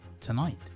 tonight